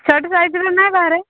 ଛୋଟ ସାଇଜ୍ର ନା ବାହାରେ